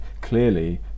clearly